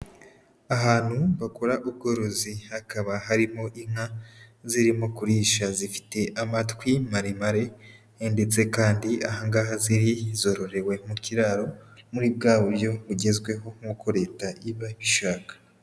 Ahantu bakora ubworozi hakaba harimo inka zirimo kurisha, zifite amatwi maremare ndetse kandi aha ngaha ziri zororewe mu kiraro, muri bwa buryo bugezweho nk'uko Leta iba ibishaka.